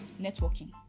Networking